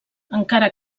encara